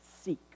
seek